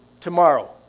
tomorrow